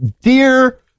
dear